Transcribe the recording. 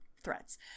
threats